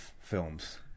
films